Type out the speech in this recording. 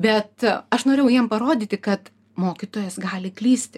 bet aš norėjau jiem parodyti kad mokytojas gali klysti